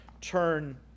turn